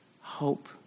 hope